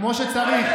כמו שצריך.